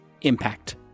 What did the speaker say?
impact